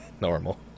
Normal